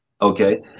Okay